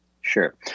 Sure